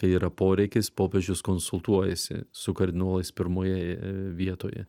kai yra poreikis popiežius konsultuojasi su kardinolais pirmoje vietoje